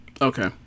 Okay